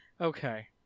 Okay